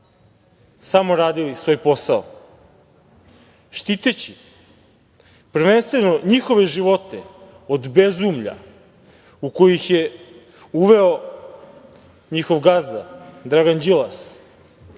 samo radili svoj posao, štiteći prvenstveno njihove živote od bezumlja u koje ih je uveo njihov gazda Dragan Đilas